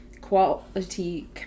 quality